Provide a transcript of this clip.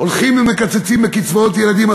הולכים ומקצצים בקצבאות ילדים.